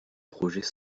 projets